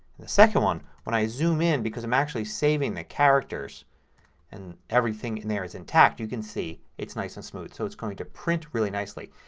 the second one, when i zoom in because i'm actually saving the characters and everything there is intact, you can see it's nice and smooth. so it's going to print really nicely.